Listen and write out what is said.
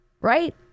right